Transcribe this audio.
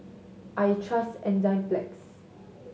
I trust Enzyplex